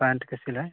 पैन्टके सिलाइ